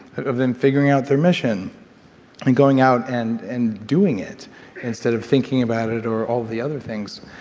of them figuring out their mission and going out and and doing it instead of thinking about it or all of the other things.